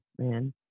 man